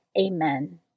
Amen